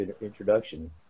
introduction